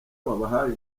wabahaye